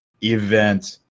event